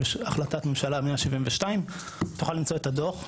יש החלטת ממשלה 172. תוכל למצוא את הדוח,